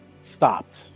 stopped